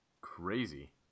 crazy